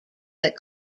that